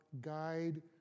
guide